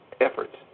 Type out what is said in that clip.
efforts